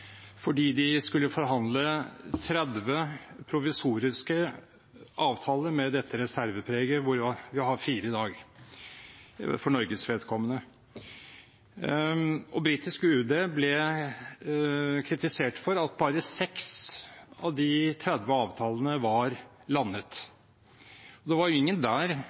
fordi de skulle forhandle 30 provisoriske avtaler med dette reservepreget – vi har 4 i dag – for Norges vedkommende, og britisk UD ble kritisert for at bare 6 av de 30 avtalene var landet. Det var jo ingen der